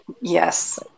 yes